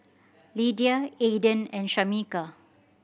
Lydia Aiden and Shameka